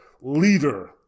leader